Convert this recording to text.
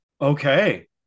okay